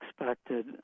expected